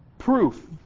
Proof